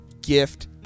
Gift